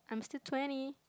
I'm still twenty